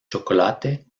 chocolate